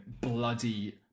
bloody